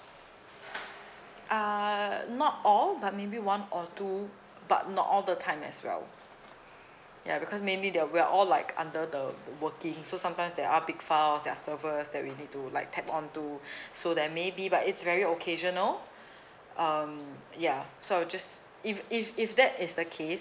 uh not all but maybe one or two but not all the time as well ya because mainly they're we're all like under the working so sometimes there are big files there are servers that we need to like tap on to so there're maybe but it's very occasional um ya so just if if if that is the case